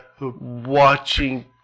Watching